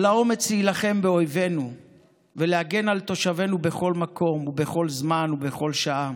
על האומץ להילחם באויבינו ולהגן על תושבינו בכל מקום ובכל זמן ובכל שעה,